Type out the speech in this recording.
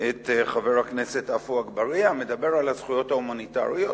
את חבר הכנסת עפו אגבאריה מדבר על הזכויות ההומניטריות.